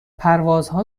پروازها